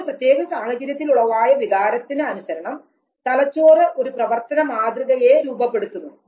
ഒരു പ്രത്യേക സാഹചര്യത്തിൽ ഉളവായ വികാരത്തിന് അനുസരണം തലച്ചോറ് ഒരു പ്രവർത്തന മാതൃകയെ രൂപപ്പെടുത്തുന്നു